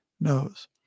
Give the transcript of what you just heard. knows